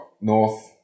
North